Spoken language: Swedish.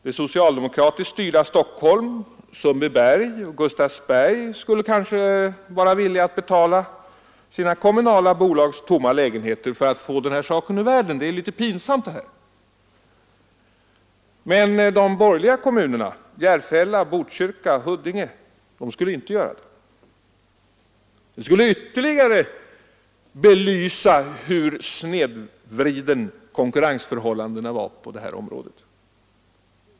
De socialdemokratiskt styrda kommunerna Stockholm, Sundbyberg och Gustavsberg skulle kanske vara villiga att betala sina kommunala bolags tomma lägenheter för att få den här saken ur världen. Den är ju litet pinsam. Men de borgerliga kommunerna Järfälla, Botkyrka och Huddinge skulle kanske inte göra så. Det skulle ytterligare belysa hur snedvridna konkurrensförhållandena är på detta område.